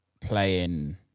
playing